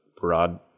broad